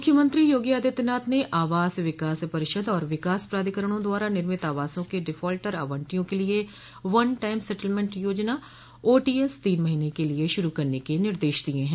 मुख्यमंत्री योगी आदित्यनाथ ने आवास विकास परिषद और विकास प्राधिकरणों द्वारा निर्मित आवासों के डिफाल्टर आवंटियों के लिये वन टाइम सेटेलमेन्ट योजना ओटीएस तीन महीने के लिये शुरू करने के निर्देश दिये हैं